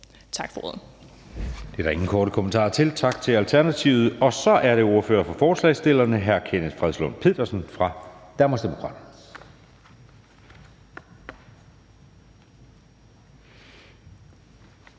(Jeppe Søe): Det er der ingen korte bemærkninger til. Tak til Alternativets ordfører, og så er det ordføreren for forslagsstillerne, hr. Kenneth Fredslund Petersen fra Danmarksdemokraterne.